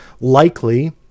likely